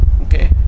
Okay